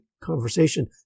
conversation